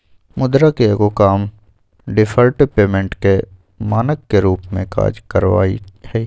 मुद्रा के एगो काम डिफर्ड पेमेंट के मानक के रूप में काज करनाइ हइ